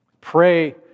Pray